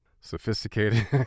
sophisticated